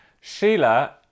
Sheila